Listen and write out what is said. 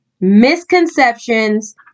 misconceptions